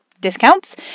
discounts